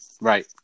right